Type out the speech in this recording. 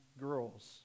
girls